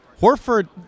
Horford